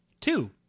Two